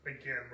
Again